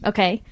Okay